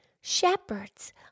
shepherds